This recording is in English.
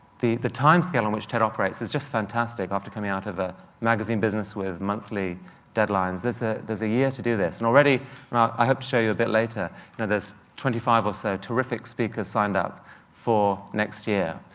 the the time scale on which ted operates is just fantastic after coming out of a magazine business with monthly deadlines. ah there's a year to do this, and already i hope to show you a bit later and there's twenty five or so terrific speakers signed up for next year.